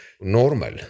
normal